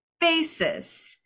basis